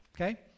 Okay